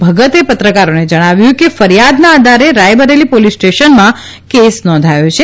ભગતે પત્રકારોને જણાવ્યું કે ફરીયાદના આધારે રાયબરેલી પોલીસ સ્ટેશનમાં કેસ નોંધાયો છે